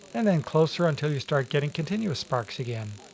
and then closer until you start getting continuous sparks again.